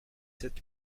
sept